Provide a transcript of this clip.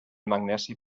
magnesi